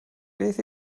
beth